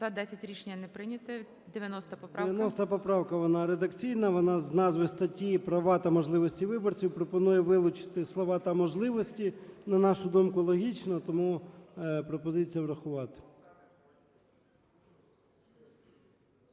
За-10 Рішення не прийнято. 90 поправка. 17:26:39 ЧЕРНЕНКО О.М. 90 поправка, вона редакційна. Вона з назви статті "права та можливості виборців" пропонує вилучити слова "та можливості". На нашу думку, логічно, тому пропозиція врахувати.